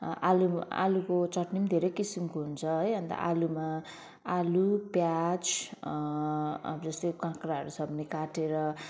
आलु आलुको चटनी पनि धेरै किसिमको हुन्छ है अन्त आलुमा आलु प्याज अब जस्तै काँक्राहरू छ भने काटेर